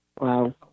Wow